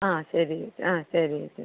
ആ ശരി ആ ശരി ചേച്ചി